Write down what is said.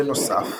בנוסף,